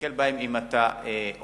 להיתקל בהן אם אתה עוזב.